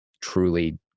truly